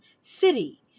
city